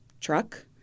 truck